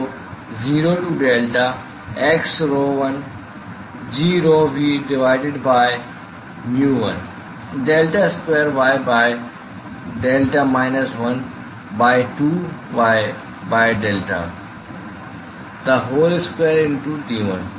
तो 0 to delta x rho l g rho v divided by mu l delta square y by delta minus 1 by 2 y by delta the whole square into d1